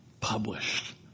published